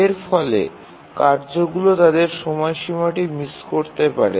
এর ফলে কার্যগুলি তাদের সময়সীমাটি মিস করতে পারে